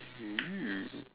!woo!